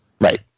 Right